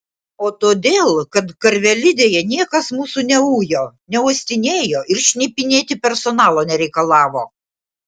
o todėl kad karvelidėje niekas mūsų neujo neuostinėjo ir šnipinėti personalo nereikalavo